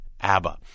ABBA